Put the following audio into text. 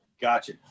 Gotcha